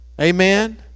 Amen